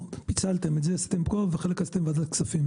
פיצלתם, חלק עשיתם פה, וחלק עבר לוועדת הכספים.